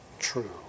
true